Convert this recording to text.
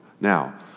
Now